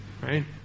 right